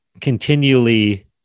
continually